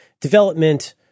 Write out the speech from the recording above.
development